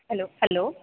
hello hello